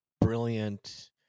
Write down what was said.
brilliant